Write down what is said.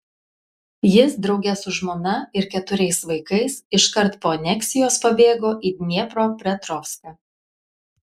jis drauge su žmona ir keturiais vaikais iškart po aneksijos pabėgo į dniepropetrovską